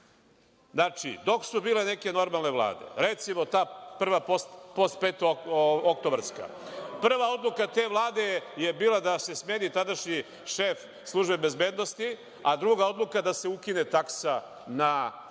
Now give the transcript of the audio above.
načina. Znači, dok su bile neke normalne vlade, recimo, ta prva postpetooktobarska, prva odluka te vlade je bila da se smeni tadašnji šef službe bezbednosti, a druga odluka da se ukine taksa na